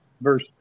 verse